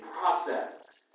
process